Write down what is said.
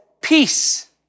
peace